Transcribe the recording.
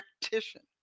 practitioner